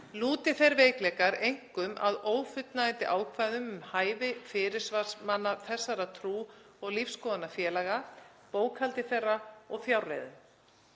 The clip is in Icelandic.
Lúti þeir veikleikar einkum að ófullnægjandi ákvæðum um hæfi fyrirsvarsmanna þessara trú- og lífsskoðunarfélaga, bókhaldi þeirra og fjárreiðum.